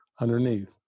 underneath